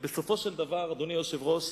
ובסופו של דבר, אדוני היושב-ראש,